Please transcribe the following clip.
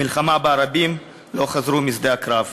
מלחמה שבה רבים לא חזרו משדה הקרב.